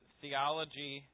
theology